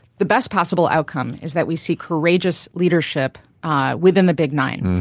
the best possible outcome is that we see courageous leadership ah within the big nine,